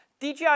DJI